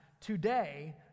today